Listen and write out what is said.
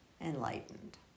enlightened